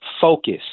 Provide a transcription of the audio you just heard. focus